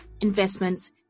investments